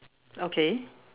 okay